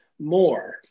more